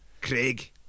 Craig